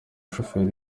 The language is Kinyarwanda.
shoferi